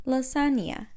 Lasagna